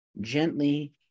gently